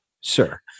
Sir